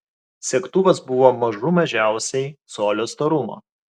segtuvas buvo mažų mažiausiai colio storumo